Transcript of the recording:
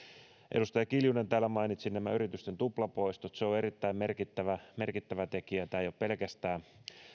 edustaja kiljunen täällä mainitsi nämä yritysten tuplapoistot se on erittäin merkittävä merkittävä tekijä tämä ei ole pelkästään